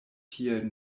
tiel